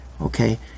okay